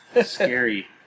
Scary